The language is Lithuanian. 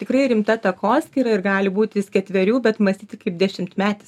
tikrai rimta takoskyra ir gali būt jis ketverių bet mąstyti kaip dešimtmetis